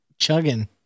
chugging